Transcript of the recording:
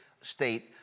state